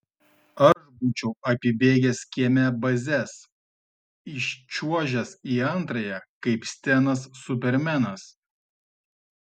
aš būčiau apibėgęs kieme bazes įčiuožęs į antrąją kaip stenas supermenas